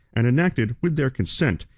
and enacted, with their consent,